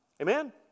Amen